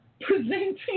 presenting